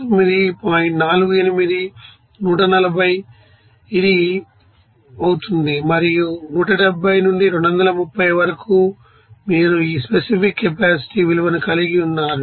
48 140 ఇది అవుతుంది మరియు 170 నుండి 230 వరకు మీరు ఈ స్పెసిఫిక్ కెపాసిటీవిలువను కలిగి ఉన్నారు